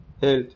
health